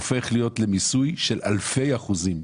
הופך להיות מיסוי של אלפי אחוזים.